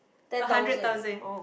a hundred thousand